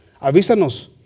Avísanos